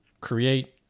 create